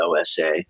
osa